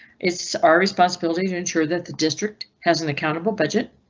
it's our responsibility to ensure that the district hasn't accountable budget.